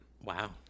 Wow